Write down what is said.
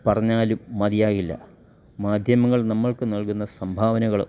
പറഞ്ഞാലും മതിയാകില്ല മാധ്യമങ്ങൾ നമ്മൾക്ക് നൽകുന്ന സംഭാവനകള്